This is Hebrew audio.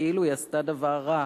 כאילו היא עשתה דבר רע,